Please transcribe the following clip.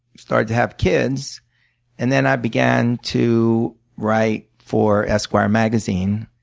started to have kids and then i began to write for esquire magazine.